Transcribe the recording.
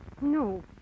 No